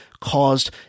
caused